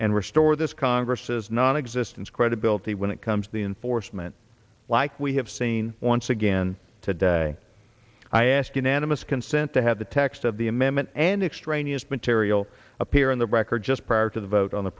and restore this congress's nonexistence credibility when it comes to the enforcement like we have seen once again today i ask unanimous consent to have the text of the amendment and extraneous material appear in the record just prior to the vote on the